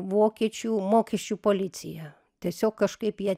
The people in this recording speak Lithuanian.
vokiečių mokesčių policija tiesiog kažkaip jie